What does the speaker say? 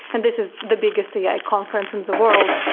and this is the biggest ai conference in the world.